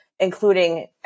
including